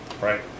right